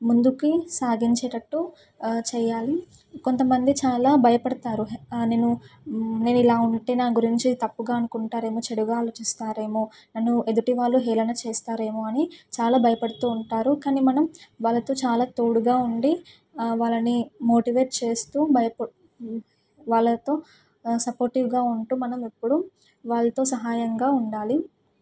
ముందుకి సాగించేటట్టు చేయాలి కొంత మంది చాలా భయపడతారు నేను నేను ఇలా ఉంటే నా గురించి తప్పుగా అనుకుంటారేమో చెడుగా ఆలోచిస్తారేమో నన్ను ఎదుటి వాళ్ళు హేళన చేస్తారేమో అని చాలా భయపడుతూ ఉంటారు కానీ మనం వాళ్ళతో చాలా తోడుగా ఉండి వాళ్ళని మోటివేట్ చేస్తూ భయపడుతూ వాళ్ళతో సపోర్టివ్గా ఉంటూ మనము ఎప్పుడూ వాళ్ళతో సహాయంగా ఉండాలి